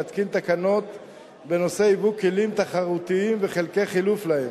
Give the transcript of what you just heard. להתקין תקנות בנושא ייבוא כלים תחרותיים וחלקי חילוף להם,